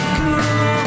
cool